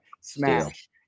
Smash